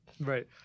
Right